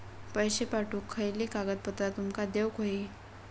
पैशे पाठवुक खयली कागदपत्रा तुमका देऊक व्हयी?